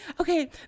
Okay